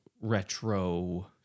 retro